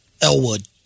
Elwood